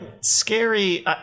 scary